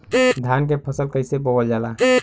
धान क फसल कईसे बोवल जाला?